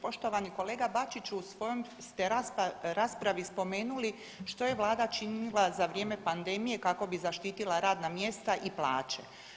Poštovani kolega Bačiću, u svojom ste raspravi spomenuli što je vlada činila za vrijeme panedmije kako bi zaštitila radna mjesta i plaće.